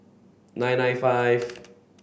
nine nine five